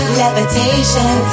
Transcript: levitation